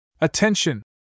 Attention